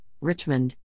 Richmond